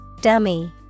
dummy